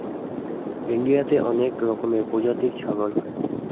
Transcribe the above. ইন্ডিয়াতে অনেক রকমের প্রজাতির ছাগল হয়